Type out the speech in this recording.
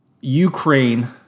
Ukraine